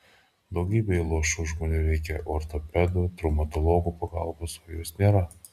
daugybei luošų žmonių reikia ortopedų traumatologų pagalbos o jos nėra